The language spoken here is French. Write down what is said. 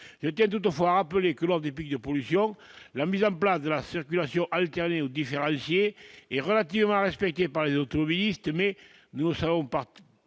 il était toutefois rappeler que lors des pics de pollution, la mise en place de la circulation alternée ou et relativement à respecter par les automobilistes, mais nous savons partent